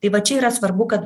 tai va čia yra svarbu kad